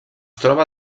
troba